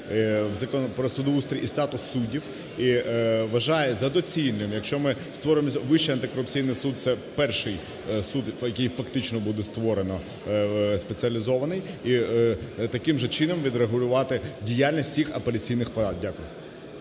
"Про судоустрій і статус суддів", вважаю за доцільне, якщо ми створимо… Вищий антикорупційний суд, - це перший суд, який фактично буде створено спеціалізований. І таким же чином відрегулювати діяльність всіх апеляційних палат. Дякую.